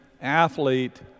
athlete